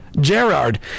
Gerard